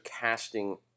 casting